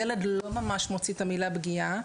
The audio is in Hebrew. ילד לא ממש מוציא את המילה פגיעה.